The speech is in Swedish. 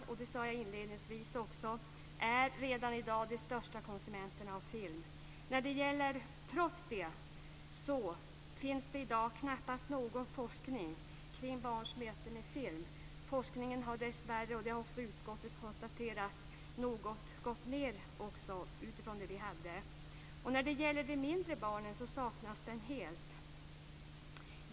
Som jag sade inledningsvis är ungdomar redan i dag de största konsumenterna av film. Trots detta finns det i dag knappast någon forskning kring barns möte med film. Forskningen har dessvärre - det har också utskottet konstaterat - också gått ned något jämfört med förut. När det gäller de mindre barnen saknas forskning helt.